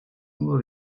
nur